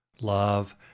love